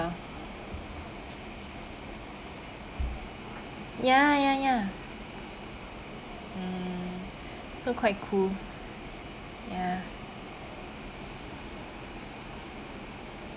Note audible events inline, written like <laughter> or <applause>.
<noise> ya ya ya mm so quite cool ya